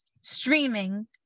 streaming